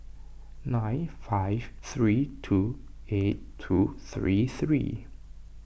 nine five three two eight two three three